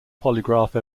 polygraph